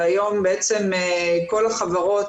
והיום בעצם כל החברות,